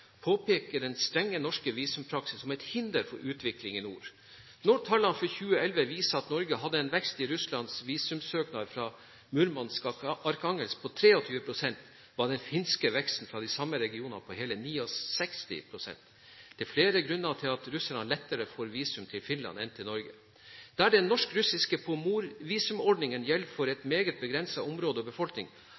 påpeker den strenge norske visumpraksis som et hinder for utvikling i nord. Når tallene for 2011 viser at Norge hadde en vekst i russiske visumsøknader fra Murmansk og Arkhangelsk på 23 pst., var den finske veksten fra de samme regionene på hele 69 pst. Det er flere grunner til at russere lettere får visum til Finland enn til Norge. Der den norsk-russiske pomorvisumordningen gjelder for et meget begrenset område og befolkning,